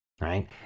right